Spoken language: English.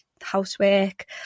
housework